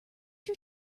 your